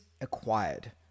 Acquired